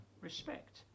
respect